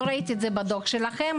לא ראיתי את זה בדוח שלכם.